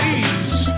ease